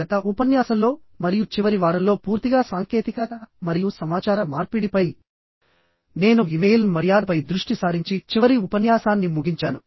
గత ఉపన్యాసంలో మరియు చివరి వారంలో పూర్తిగా సాంకేతికత మరియు సమాచార మార్పిడిపై నేను ఇమెయిల్ మర్యాదపై దృష్టి సారించి చివరి ఉపన్యాసాన్ని ముగించాను